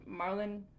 Marlon